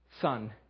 son